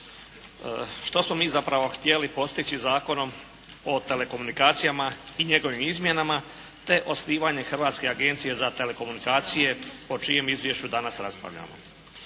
Što smo mi zapravo htjeli postići Zakonom o telekomunikacijama i njegovim izmjenama , te osnivanje Hrvatske agencije za telekomunikacije po čijem izvješću danas raspravljamo?